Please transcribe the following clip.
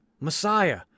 Messiah